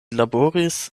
laboris